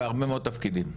הרבה מאוד תפקידים,